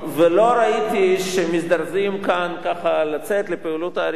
ולא ראיתי שמזדרזים כאן לצאת לפעולות ההריסה,